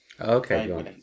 Okay